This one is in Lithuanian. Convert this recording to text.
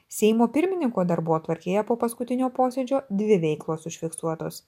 seimo pirmininko darbotvarkėje po paskutinio posėdžio dvi veiklos užfiksuotos